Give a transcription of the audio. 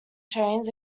chains